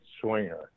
swinger